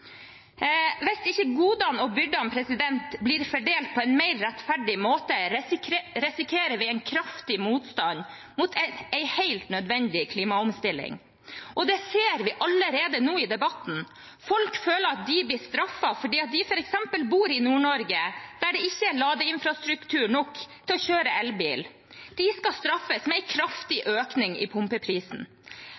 Hvis ikke godene og byrdene blir fordelt på en mer rettferdig måte, risikerer vi en kraftig motstand mot en helt nødvendig klimaomstilling. Det ser vi allerede nå i debatten. Folk føler at de blir straffet fordi de f.eks. bor i Nord-Norge, der det ikke er ladeinfrastruktur nok til å kjøre elbil. De skal straffes med en kraftig